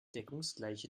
deckungsgleiche